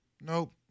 nope